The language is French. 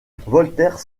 voltaire